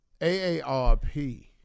AARP